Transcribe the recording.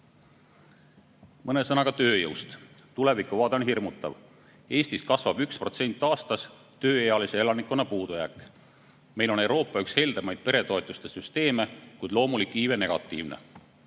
sõnaga tööjõust. Tulevikuvaade on hirmutav. Eestis kasvab 1% aastas tööealise elanikkonna puudujääk. Meil on üks heldemaid peretoetuste süsteeme Euroopas, kuid loomulik iive on negatiivne.